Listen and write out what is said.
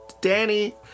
Danny